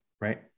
right